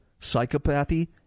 psychopathy